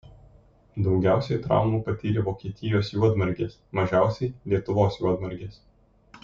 daugiausiai traumų patyrė vokietijos juodmargės mažiausiai lietuvos juodmargės